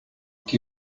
que